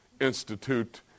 institute